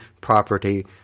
property